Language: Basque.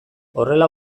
horrela